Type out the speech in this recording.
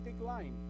line